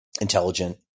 intelligent